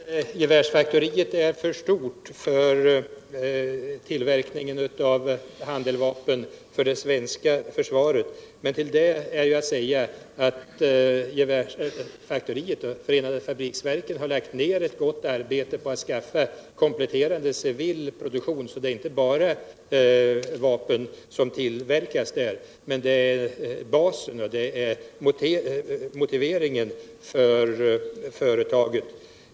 Herr talman! Hans Lindblad säger att gevärsfaktoriet är för stort för tillverkningen av handeldvapen för det svenska försvaret. Till det vill jag säga att gevärsfaktoriet och förenade fabriksverken har lagt ned ett gott arbete på att skaffa kompletterande civilproduktion. Det är alltså inte bara vapen som tillverkas där, även om det är basen i produktionen.